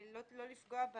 לא תימחק אלא